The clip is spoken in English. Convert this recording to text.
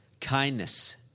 kindness